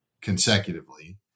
consecutively